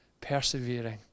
persevering